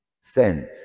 sent